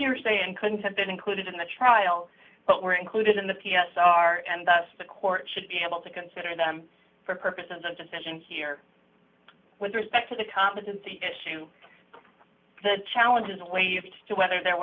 hearsay and couldn't have been included in the trial but were included in the p s r and thus the court should be able to consider them for purposes of decision here with respect to the competency issue the challenge is waived to whether there